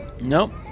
nope